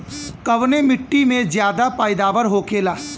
कवने मिट्टी में ज्यादा पैदावार होखेला?